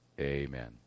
Amen